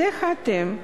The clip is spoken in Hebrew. אז איך אתם,